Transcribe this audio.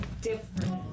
different